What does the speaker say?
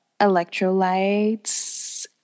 electrolytes